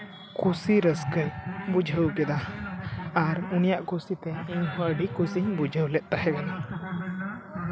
ᱠᱩᱥᱤ ᱨᱟᱹᱥᱠᱟᱹ ᱵᱩᱡᱷᱟᱹᱣ ᱠᱮᱫᱟ ᱟᱨ ᱩᱱᱤᱭᱟᱜ ᱠᱩᱥᱤ ᱛᱮ ᱟᱹᱰᱤ ᱠᱩᱥᱤᱧ ᱵᱩᱡᱷᱟᱹᱣ ᱞᱮᱫ ᱛᱟᱦᱮᱸ ᱠᱟᱱᱟ